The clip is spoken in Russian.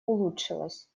улучшилась